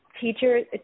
Teachers